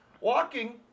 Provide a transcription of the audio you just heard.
walking